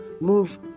move